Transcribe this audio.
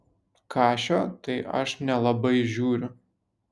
kašio tai aš nelabai žiūriu